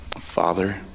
Father